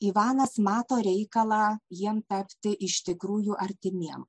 ivanas mato reikalą jiem tapti iš tikrųjų artimiem